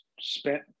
spent